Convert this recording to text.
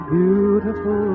beautiful